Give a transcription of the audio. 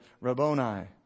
Rabboni